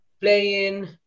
playing